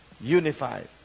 Unified